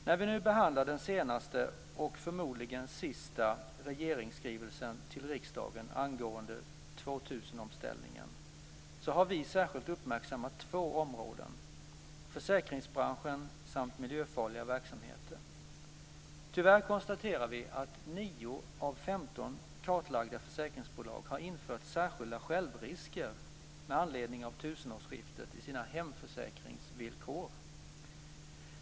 När vi nu behandlar den senaste och förmodligen sista regeringsskrivelsen till riksdagen angående 2000-omställningen har vi särskilt uppmärksammat två områden: försäkringsbranschen samt miljöfarliga verksamheter. Vi konstaterar att nio av femton kartlagda försäkringsbolag tyvärr har infört särskilda självrisker med anledning av tusenårsskiftet i sina hemförsäkringsvillkor.